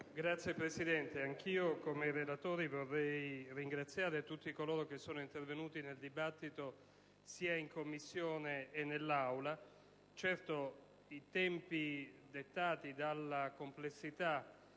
Signor Presidente, anch'io, come i relatori, vorrei ringraziare tutti coloro che sono intervenuti nel dibattito, sia in Commissione che in Aula. Certamente i tempi dettati dalla complessità